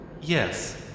Yes